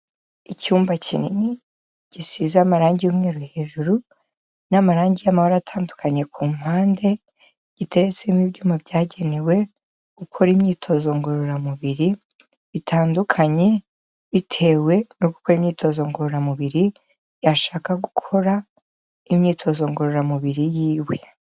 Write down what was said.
Icyumba kinini, gisize amarangi y'umweru hejuru n'amarangi y'amabara atandukanye ku mpande. Giteretsemo ibyuma byagenewe gukora imyitozo ngororamubiri, bitandukanye bitewe no gukora imyitozo ngororamubiri, yashaka gukora imyitozo ngororamubiri yiwe.